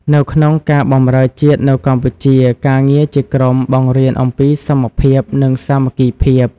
នៅក្នុងការបម្រើជាតិនៅកម្ពុជា ការងារជាក្រុមបង្រៀនអំពីសមភាព និងសាមគ្គីភាព។